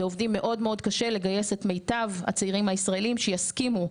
ועובדים מאוד מאוד קשה לגייס את מיטב הצעירים הישראלים שיסכימו,